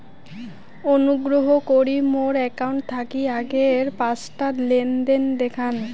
অনুগ্রহ করি মোর অ্যাকাউন্ট থাকি আগের পাঁচটা লেনদেন দেখান